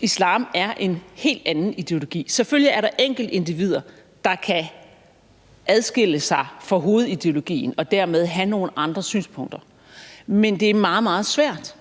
islam er en helt anden ideologi. Selvfølgelig er der enkeltindivider, der kan adskille sig fra hovedideologien og dermed have nogle andre synspunkter, men det er meget, meget svært.